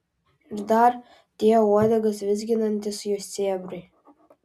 ir dar tie uodegas vizginantys jo sėbrai